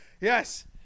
Yes